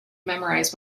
memorize